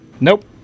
Nope